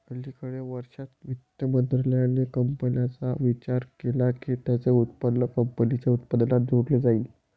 अलिकडे वर्षांत, वित्त मंत्रालयाने कंपन्यांचा विचार केला की त्यांचे उत्पन्न कंपनीच्या उत्पन्नात जोडले जाईल